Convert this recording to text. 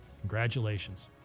Congratulations